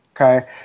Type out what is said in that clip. Okay